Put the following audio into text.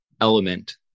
element